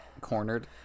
Cornered